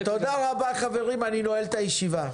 תודה רבה, חברים, אני נועל את הישיבה.